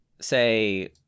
say